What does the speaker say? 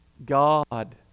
God